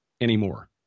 anymore